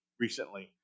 recently